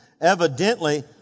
Evidently